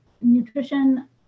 nutrition